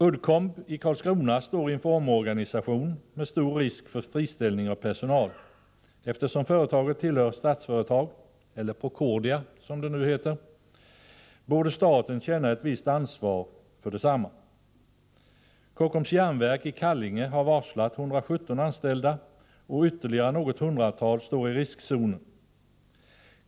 Uddcomb i Karlskrona står inför omorganisation med stor risk för friställning av personal. Eftersom företaget tillhör Statsföretag, eller Procordia som det nu heter, borde staten känna ett visst ansvar för detsamma. Kockums Jernverk i Kallinge har varslat 117 anställda, och ytterligare något hundratal står i riskzonen.